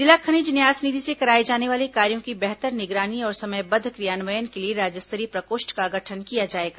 जिला खनिज न्यास निधि से कराए जाने वाले कार्यों की बेहतर निगरानी और समयबद्व क्रियान्वयन के लिए राज्य स्तरीय प्रकोष्ठ का गठन किया जाएगा